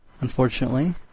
Unfortunately